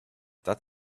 that